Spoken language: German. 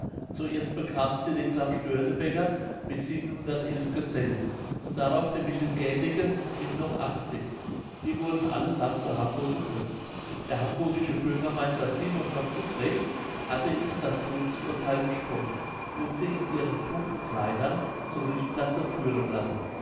zuerst bekamen sie den claus störtebeck mit gesellen und darauf den michel gädeke mit noch die wurden allesammt zu hamburg geköpft der hamburgische bürgermeister simon von uetrecht hatte ihnen das todesurtheil gesprochen und sie in ihren prunkkleidern zum richtplatze führen lassen